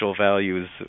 values